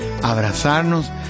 abrazarnos